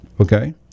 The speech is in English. okay